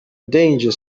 danger